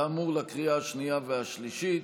כאמור, בקריאה השנייה והשלישית.